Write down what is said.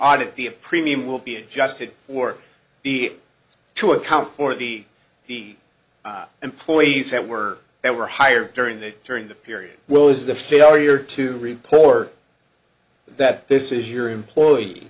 audit the premium will be adjusted for the to account for the heat employees that were that were hired during the during the period well as the failure to report that this is your employee